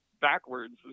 backwards